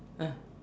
ah